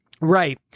right